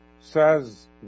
says